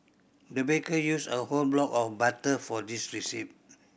the baker used a whole block of butter for this receipt